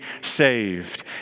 saved